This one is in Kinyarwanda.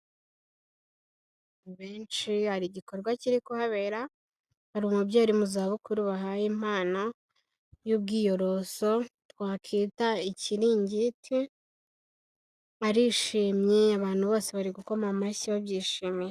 Abantu benshi hari igikorwa kiri kuhabera, hari umubyeyi mu zabukuru bahaye impano y'ubwiyorozo twakita ikiringiti, arishimye abantu bose bari gukoma amashyi babyishimiyera.